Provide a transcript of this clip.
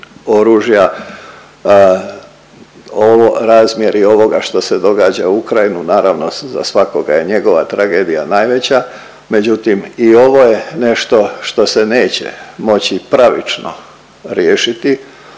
a ovo, razmjeri ovoga što se događa u Ukrajini naravno za svakoga je njegova tragedija najveća, međutim i ovo je nešto što se neće moći pravično riješiti